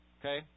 Okay